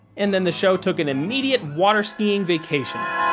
and then the show took an immediate water skiing vacation.